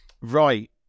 Right